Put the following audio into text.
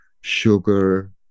sugar